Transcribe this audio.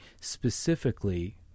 specifically